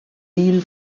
deal